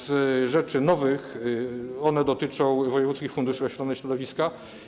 Z rzeczy nowych one dotyczą wojewódzkich funduszy ochrony środowiska.